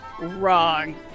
wrong